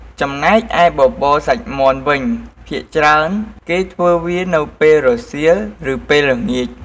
ចំណែកឯបបរសាច់មាន់វិញ ភាគច្រើនគេធ្វើវានៅពេលរសៀលឬពេលល្ងាច។